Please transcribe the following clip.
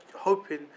hoping